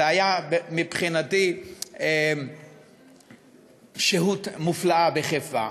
זה היה מבחינתי שהות מופלאה, בחיפה.